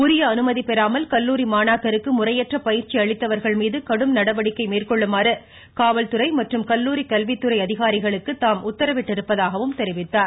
உரிய அனுமதி பெறாமல் கல்லுாரி மாணாக்கருக்கு முறையற்ற பயிற்சி அளித்தவர்கள் மீது கடுமையான நடவடிக்கை மேற்கொள்ளுமாறு காவல்துறை மற்றும் கல்லுாரிகல்வித்துறை அதிகாரிகளுக்கு தாம் உத்தரவிட்டிருப்பதாகவும் தெரிவித்தார்